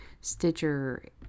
Stitcher